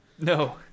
No